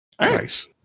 Nice